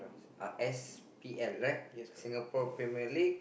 uh S_P_L right Singapore-Premier-League